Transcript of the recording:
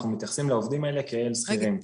אנחנו מתייחסים לעובדים האלה כאל שכירים.